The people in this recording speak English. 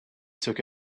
took